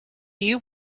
you